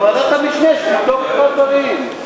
עד שוועדת המשנה תבדוק את הדברים.